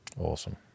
Awesome